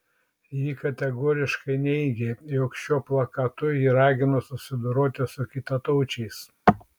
ji kategoriškai neigė jog šiuo plakatu ji ragino susidoroti su kitataučiais